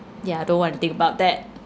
ya don't want to think about that